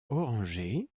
orangé